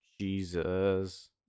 Jesus